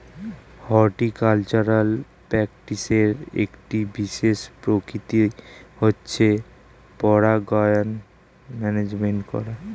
horticultural প্র্যাকটিসের একটি বিশেষ প্রকৃতি হচ্ছে পরাগায়ন ম্যানেজমেন্ট করা